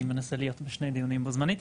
אני מנסה להיות בשני דיונים בו זמנית.